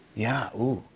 yeah. ooh.